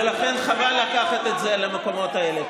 ולכן חבל לקחת את זה למקומות האלה.